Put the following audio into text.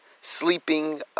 sleeping